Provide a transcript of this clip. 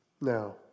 Now